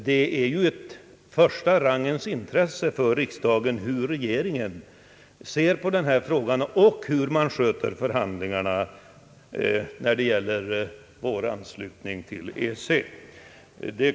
Det är ju ett första rangens intresse för riksdagen hur regeringen ser på den här frågan och hur man sköter förhandlingarna om vår anslutning till EEC.